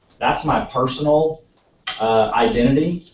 that's my personal identity,